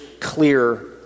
clear